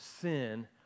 sin